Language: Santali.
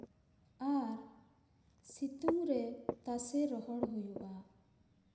ᱟᱨ ᱥᱤᱛᱩᱝ ᱨᱮ ᱛᱟᱥᱮ ᱨᱚᱦᱚᱲ ᱦᱩᱭᱩᱜᱼᱟ